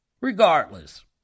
regardless